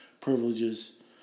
privileges